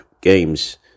Games